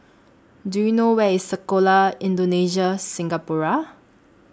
Do YOU know Where IS Sekolah Indonesia Singapura